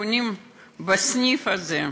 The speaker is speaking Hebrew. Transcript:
הקונים בסניף הזה,